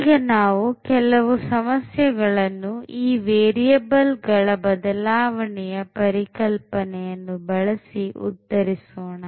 ಈಗ ನಾವು ಕೆಲವು ಸಮಸ್ಯೆಗಳನ್ನು ಈ ವೇರಿಯಬಲ್ ಗಳ ಬದಲಾವಣೆಯ ಪರಿಕಲ್ಪನೆಯನ್ನು ಬಳಸಿ ಉತ್ತರಿಸೋಣ